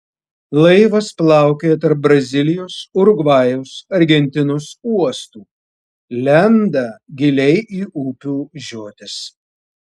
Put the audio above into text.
laivas plaukioja tarp brazilijos urugvajaus argentinos uostų lenda giliai į upių žiotis